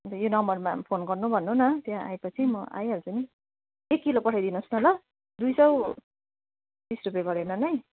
अनि त यो नम्बरमा फोन गर्नु भन्नु न त्यहाँ आएपछि म आइहाल्छु नि एक किलो पठाइदिनुहोस् न ल दुई सय बिस रुपियाँ गरेर नै